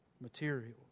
materials